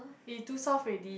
eh too soft ready